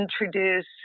introduce